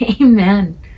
Amen